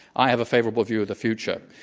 i have a favorable view of the future.